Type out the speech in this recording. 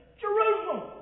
Jerusalem